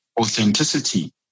authenticity